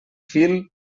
fil